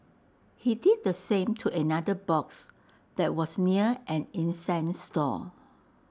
he did the same to another box that was near an incense stall